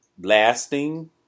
lasting